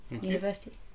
University